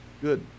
Good